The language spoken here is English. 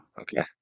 Okay